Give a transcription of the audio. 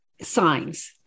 signs